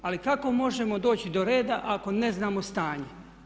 Ali kako možemo doći do reda ako ne znamo stanje?